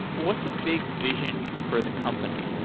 what's the big vision for the company?